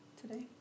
today